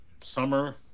Summer